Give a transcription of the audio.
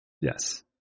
Yes